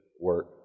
work